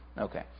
okay